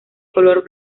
color